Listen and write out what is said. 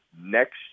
next